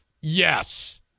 yes